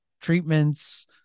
treatments